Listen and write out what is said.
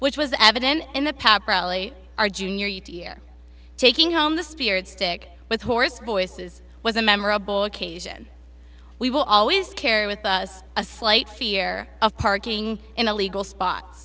which was evident in the past our junior year taking home the spirit stick with horse voices was a memorable occasion we will always carry with us a slight fear of parking in the legal spot